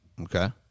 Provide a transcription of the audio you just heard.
Okay